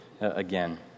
again